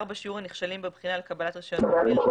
שיעור הנכשלים בבחינה לקבלת רישיון מדביר,